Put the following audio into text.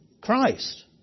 Christ